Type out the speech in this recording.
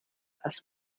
als